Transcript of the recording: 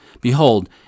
Behold